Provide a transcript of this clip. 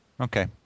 Okay